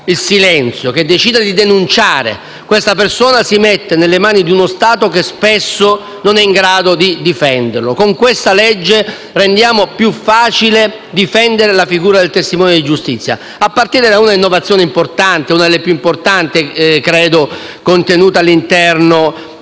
il silenzio, che decide di denunciare. Questa persona si mette nelle mani di uno Stato che spesso non è in grado di difenderla. Con questa legge rendiamo più facile difendere la figura del testimone di giustizia a partire da una innovazione importante, una delle più importanti, credo, contenuta all'interno